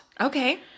Okay